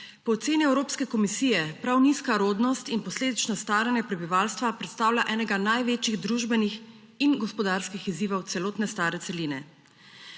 Po oceni Evropske komisije prav nizka rodnost in posledično staranje prebivalstva predstavlja enega največjih družbenih in gospodarskih izzivov celotne stare celine.